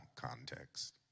context